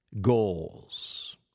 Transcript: goals